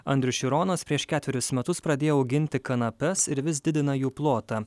andrius šironas prieš ketverius metus pradėjo auginti kanapes ir vis didina jų plotą